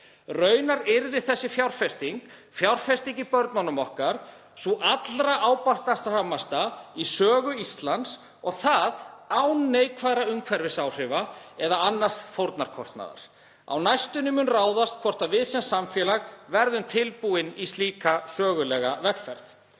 Raunar yrði þessi fjárfesting, fjárfesting í börnunum okkar, sú allra ábatasamasta í sögu Íslands og það án neikvæðra umhverfisáhrifa eða annars fórnarkostnaðar. Á næstunni mun ráðast hvort við sem samfélag verðum tilbúin í slíka sögulega vegferð.